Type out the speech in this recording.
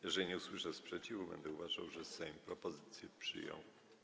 Jeżeli nie usłyszę sprzeciwu, będę uważał, że Sejm propozycję przyjął.